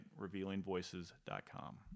revealingvoices.com